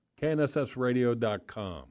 KNSSradio.com